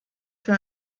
für